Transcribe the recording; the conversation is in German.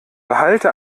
behalte